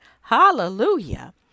Hallelujah